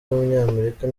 w’umunyamerika